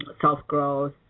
self-growth